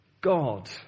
God